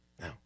Now